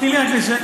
תני לי רק לסיים.